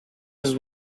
his